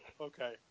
okay